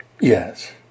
Yes